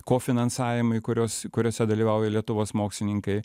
kofinansavimui kurios kuriose dalyvauja lietuvos mokslininkai